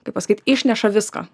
kaip pasakyti išneša viską